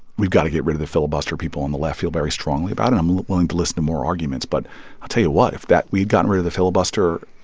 we've got to get rid of the filibuster. people on the left feel very strongly about it. i'm willing to listen to more arguments. but i'll tell you what if that we'd gotten rid of the filibuster,